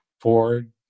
Ford